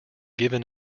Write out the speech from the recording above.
given